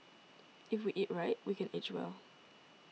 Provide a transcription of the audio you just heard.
if we can eat right we can age well